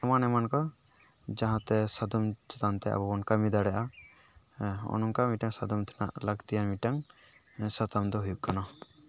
ᱮᱢᱟᱱ ᱮᱢᱟᱱ ᱠᱚ ᱡᱟᱦᱟᱸᱛᱮ ᱥᱟᱫᱚᱢ ᱪᱮᱛᱟᱱᱛᱮ ᱟᱵᱚᱵᱚᱱ ᱠᱟᱹᱢᱤ ᱫᱟᱲᱮᱭᱟᱜᱼᱟ ᱦᱮ ᱦᱚᱜᱼᱱᱚᱝᱠᱟ ᱢᱤᱫᱴᱟᱝ ᱥᱟᱫᱚᱢ ᱪᱮᱛᱟᱱ ᱨᱮ ᱞᱟᱹᱠᱛᱤᱭᱟᱱ ᱢᱤᱫᱴᱟᱝ ᱥᱟᱛᱟᱢ ᱫᱚ ᱦᱩᱭᱩᱜ ᱠᱟᱱᱟ